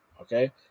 okay